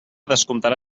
descomptarà